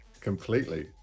Completely